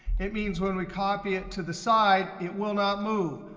it means when we copy it to the side it will not move.